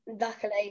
Luckily